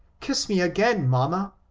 kiss me again, mamma.